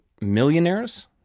millionaires